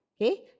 Okay